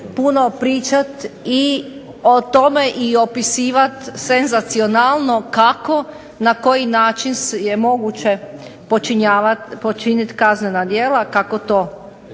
puno pričat i o tome i opisivat senzacionalno kako, na koji način je moguće počiniti kaznena djela kako to